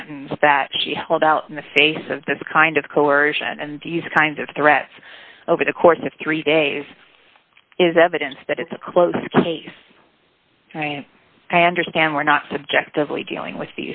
sentence that she held out in the face of this kind of coercion and to use kinds of threats over the course of three days is evidence that it's a close case i understand we're not subjectively dealing with